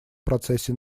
процессе